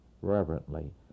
reverently